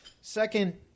Second